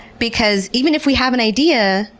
because even if we have an idea,